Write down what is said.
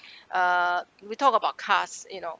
uh we talk about cars you know uh